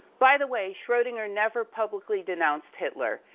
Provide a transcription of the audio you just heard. by the way, schrodinger never publicly denounced hitler.